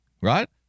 right